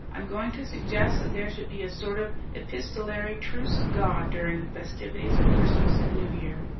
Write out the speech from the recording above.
i'm going to suggest that there should be a sort of epistolary truce of god during the festivities of christmas and new year.